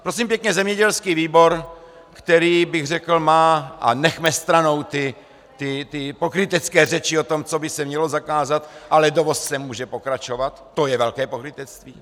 Prosím pěkně, zemědělský výbor, který, bych řekl, má a nechme stranou ty pokrytecké řeči o tom, co by se mělo zakázat, ale dovoz sem může pokračovat, to je velké pokrytectví.